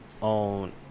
on